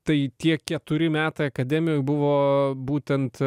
tai tie keturi metai akademijoj buvo būtent